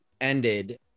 ended